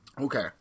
Okay